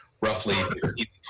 roughly